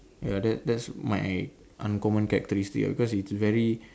ya that that's my uncommon characteristic ah because it's very